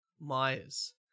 Myers